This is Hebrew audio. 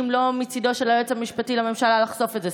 ולא מצידו של היועץ המשפטי לממשלה לחשוף את זה?